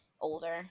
older